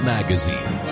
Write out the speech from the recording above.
Magazine